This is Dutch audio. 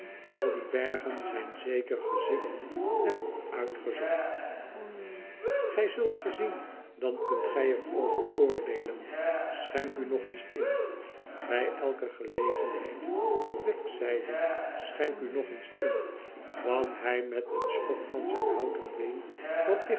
al die bergen zijn zeker gezift en uitgezocht gij zult ze